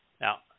Now